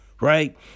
right